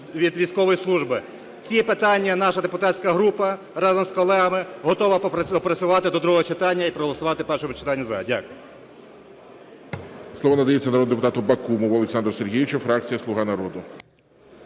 від військової служби. Ці питання наша депутатська група разом з колегами готова опрацювати до другого читання і проголосувати в першому читанні "за". Дякую.